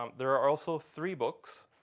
um there are also three books.